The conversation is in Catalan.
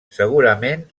segurament